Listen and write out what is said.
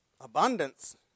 abundance